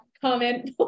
comment